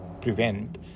prevent